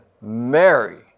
Mary